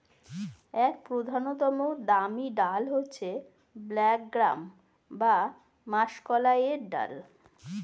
এক প্রধানতম দামি ডাল হচ্ছে ব্ল্যাক গ্রাম বা মাষকলাইয়ের ডাল